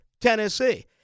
Tennessee